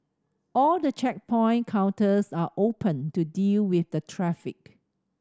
all the checkpoint counters are open to deal with the traffic